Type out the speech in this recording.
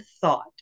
thought